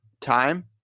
time